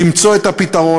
למצוא את הפתרון.